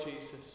Jesus